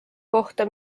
kohta